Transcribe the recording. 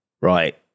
Right